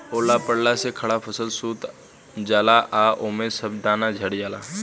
ओला पड़ला से खड़ा फसल सूत जाला आ ओमे के सब दाना झड़ जाला